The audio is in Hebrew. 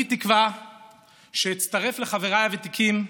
אני תקווה שאצטרף לחבריי הוותיקים,